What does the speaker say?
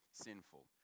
sinful